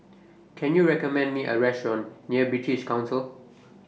Can YOU recommend Me A Restaurant near British Council